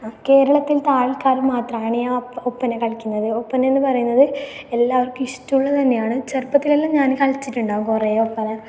കേരളത്തിലെ ആൾക്കാർ മാത്രമാണ് ഈ ഒപ്പന കളിക്കുന്നത് ഒപ്പന എന്ന് പറയുന്നത് എല്ലാവർക്കും ഇഷ്ടമുള്ളത് തന്നെയാണ് ചെറുപ്പത്തിലെല്ലാം ഞാൻ കളിച്ചിട്ടുണ്ടാവും കുറേ ഒപ്പന